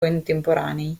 contemporanei